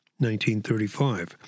1935